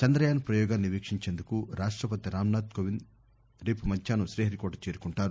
చంద్రయాన్ ప్రయోగాన్ని వీక్షించేందుకు రాష్టపతి రామ్నాధ్ కోవింద్ రేపు మధ్యాహ్నం శీహరికోట చేరుకుంటారు